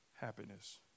happiness